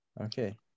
Okay